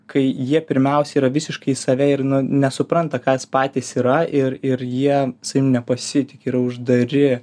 kai jie pirmiausia yra visiškai save ir nu nesupranta kas patys yra ir ir jie savim nepasitiki yra uždari